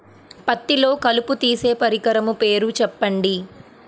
పత్తిలో కలుపు తీసే పరికరము పేరు చెప్పండి